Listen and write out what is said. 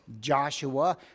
Joshua